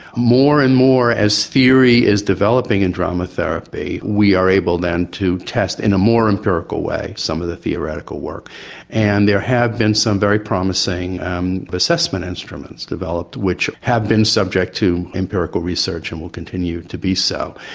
more and more as theory is developing in drama therapy we are able then to test in a more empirical way some of the theoretical work and there have been some very promising um assessment instruments developed which have been subject to empirical research and will continue to be so.